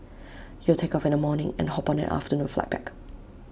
you'll take off in the morning and hop on an afternoon flight back